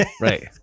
right